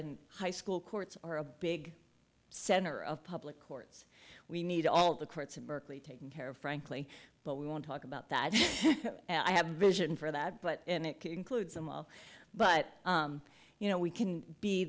and high school courts are a big center of public courts we need all the courts and berkeley taken care of frankly but we won't talk about that and i have a vision for that but and it could include some all but you know we can be